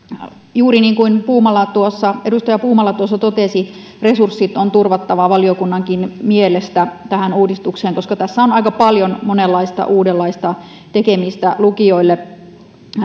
juuri niin kuin edustaja puumala tuossa totesi resurssit tähän uudistukseen on turvattava valiokunnankin mielestä koska tässä on aika paljon monenlaista uudenlaista tekemistä lukioille